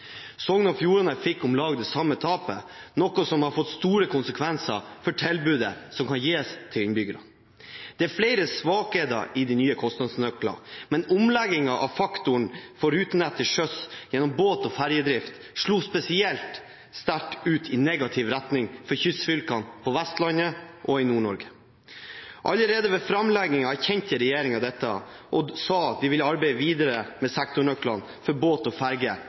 Sogn og Fjordane fikk om lag det samme tapet, noe som har fått store konsekvenser for tilbudet som kan gis til innbyggerne. Det er flere svakheter i den nye kostnadsnøkkelen, men omleggingen av faktorene for rutenett til sjøs gjennom båt- og ferjedrift slo spesielt sterkt ut i negativ retning for kystfylkene på Vestlandet og i Nord-Norge. Allerede ved framleggingen erkjente regjeringen dette og sa de ville arbeide videre med sektornøkkelen for båt og